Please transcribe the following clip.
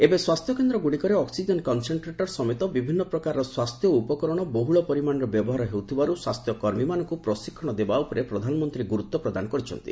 ଏବେ ସ୍ୱାସ୍ଥ୍ୟକେନ୍ଦ୍ର ଗ୍ରଡ଼ିକରେ ଅକ୍ଟିଜେନ୍ କନ୍ସେଣ୍ଟ୍ରେଟର ସମେତ ବିଭିନ୍ନ ପ୍ରକାରର ସ୍ୱାସ୍ଥ୍ୟ ଉପକରଣ ବହୁଳ ପରିମାଣରେ ବ୍ୟବହାର ହେଉଥିବାରୁ ସ୍ୱାସ୍ଥ୍ୟ କର୍ମୀମାନଙ୍କୁ ପ୍ରଶିକ୍ଷଣ ଦେବା ଉପରେ ପ୍ରଧାନମନ୍ତ୍ରୀ ଗୁରୁତ୍ୱ ପ୍ରଦାନ କରିଛନ୍ତି